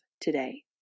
today